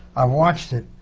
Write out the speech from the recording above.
i watched it.